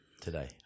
today